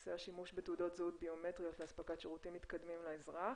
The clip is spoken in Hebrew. בנושא השימוש בתעודות זהות ביומטריות לאספקת שירותים מתקדמים לאזרח.